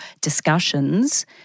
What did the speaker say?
discussions